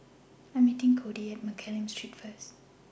I Am meeting Codi At Mccallum Street First